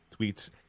tweets